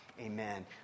Amen